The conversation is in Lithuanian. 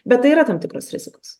bet tai yra tam tikros rizikos